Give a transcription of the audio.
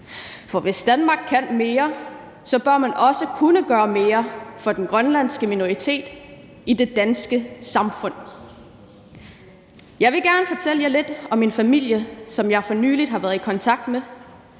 For hvis Danmark kan mere, bør man også kunne gøre mere for den grønlandske minoritet i det danske samfund. Jeg vil gerne fortælle jer lidt om en familie, som jeg for nylig har været i kontakt med,